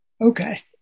Okay